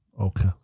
Okay